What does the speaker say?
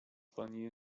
pani